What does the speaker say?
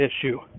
issue